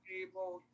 able